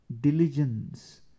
diligence